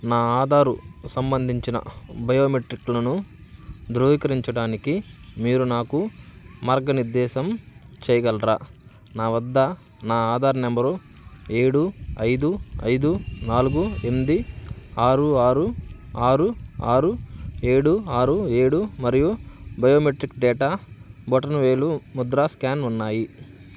నా ఆధారు సంబంధించిన బయోమెట్రిక్లను ధృవీకరించడానికి మీరు నాకు మార్గనిర్దేశం చేయగలరా నా వద్ద నా ఆధార్ నంబరు ఏడు ఐదు ఐదు నాలుగు ఎనిమిది ఆరు ఆరు ఆరు ఆరు ఏడు ఆరు ఏడు మరియు బయోమెట్రిక్ డేటా బొటనవేలు ముద్ర స్కాన్ ఉన్నాయి